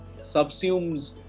subsumes